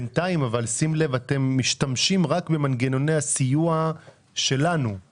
בינתיים אתם משתמשים רק במנגנוני הסיוע שלנו,